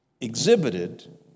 exhibited